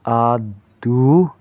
ꯑꯗꯨ